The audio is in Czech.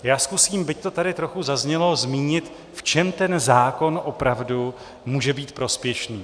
Já zkusím, byť to tady trochu zaznělo, zmínit, v čem ten zákon opravdu může být prospěšný.